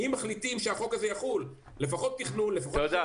אם מחליטים שהחוק הזה יחול צריך לפחות תכנון -- תודה.